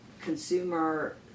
consumer